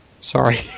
Sorry